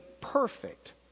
perfect